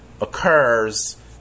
occurs